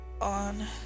on